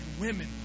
women